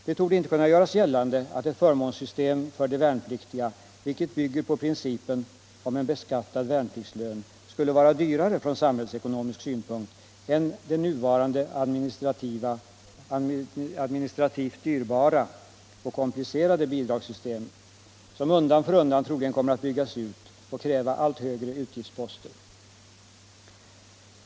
Det torde inte kunna göras gällande att ett förmånssystem för de värnpliktiga, vilket bygger på principen om en beskattad värnpliktslön, skulle vara dyrare från samhällsekonomisk synpunkt än det nuvarande administrativt dyrbara och komplicerade bidragssystem som undan för undan troligen kommer att byggas ut och kräva allt högre utgiftsposter.